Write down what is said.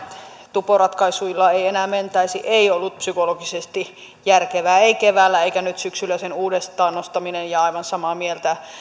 tuporatkaisuilla ei enää mentäisi ei ollut psykologisesti järkevää ei keväällä eikä nyt syksyllä sen uudestaan nostaminen ja aivan samaa mieltä